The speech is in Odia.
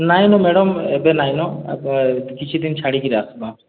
ନାଇଁ ନ ମ୍ୟାଡ଼ାମ୍ ଏବେ ନାଇଁ ନ ଏବେ କିଛି ଦିନ୍ ଛାଡ଼ିକିରି ଆସ୍ବା